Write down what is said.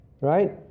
Right